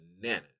bananas